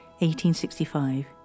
1865